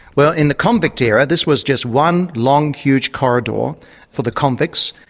well in the convict era, this was just one long huge corridor for the convicts.